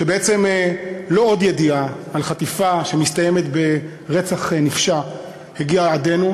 שבעצם לא עוד ידיעה על חטיפה שמסתיימת ברצח נפשע הגיעה עדינו,